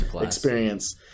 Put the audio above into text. experience